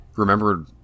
Remember